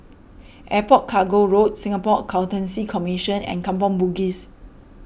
Airport Cargo Road Singapore Accountancy Commission and Kampong Bugis